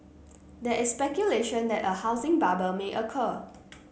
there is speculation that a housing bubble may occur